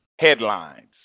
headlines